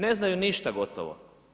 Ne znaju ništa gotovo.